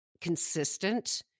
consistent